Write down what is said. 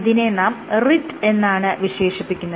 ഇതിനെ നാം റിറ്റ് എന്നാണ് വിശേഷിപ്പിക്കുന്നത്